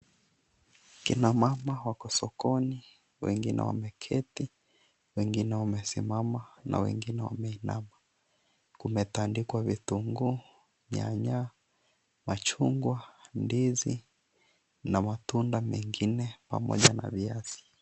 Kina mama wako sokoni, wengine wameketi, wengine wamesimama na wengine wameinama. Kumetandikwa vitunguu, nyanya, machungwa, ndizi na matunda mengine pamoja na viazi.